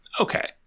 Okay